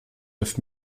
neuf